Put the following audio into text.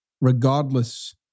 regardless